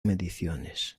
mediciones